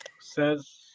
says